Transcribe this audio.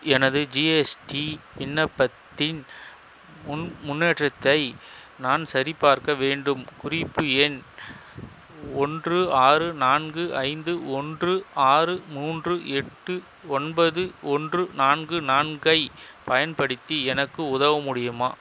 எனது ஜிஎஸ்டி விண்ணப்பத்தின் முன் முன்னேற்றத்தை நான் சரிபார்க்க வேண்டும் குறிப்பு எண் ஒன்று ஆறு நான்கு ஐந்து ஒன்று ஆறு மூன்று எட்டு ஒன்பது ஒன்று நான்கு நான்கை பயன்படுத்தி எனக்கு உதவ முடியுமா